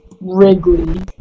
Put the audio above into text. Wrigley